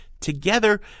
Together